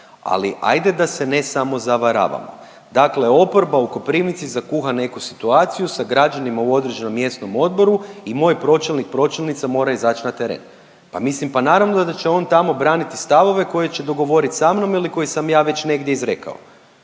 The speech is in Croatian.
ali ajde da se ne samozavaravamo. Dakle oporba u Koprivnici zakuha neku situaciju sa građanima u određenom mjesnom odboru i moj pročelnik, pročelnica mora izaći na teren. Pa mislim, pa naravno da će on tamo braniti stavove koje će dogovoriti sa mnom ili koje sam ja već negdje izrekao.